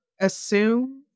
assume